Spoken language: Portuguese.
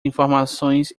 informações